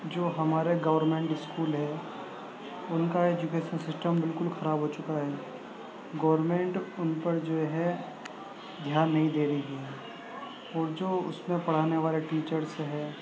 جو ہمارے government school ہے ان کا ایجوکیسن سسٹم بالکل خراب ہو چکا ہے گورنمٹ ان پر جو ہے دھیان نہیں دے رہی ہے اور جو اس میں پڑھانے والے ٹیچرس ہے